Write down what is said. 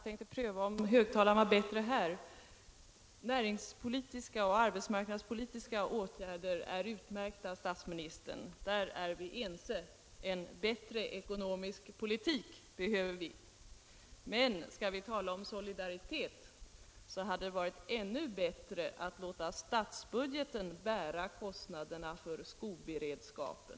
Herr talman! Näringspolitiska och arbetsmarknadspolitiska åtgärder är utmärkta, herr statsminister, därvidlag är vi ense. En bättre ekonomisk politik behöver vi. Men skall vi tala om solidaritet, så hade det varit ännu bättre att låta statsbudgeten bära kostnaderna för skoberedskapen.